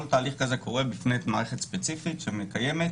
כל תהליך כזה קורה בפני מערכת ספציפית שמתקיימת.